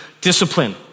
discipline